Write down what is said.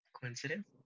Coincidence